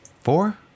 four